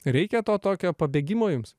reikia to tokio pabėgimo jums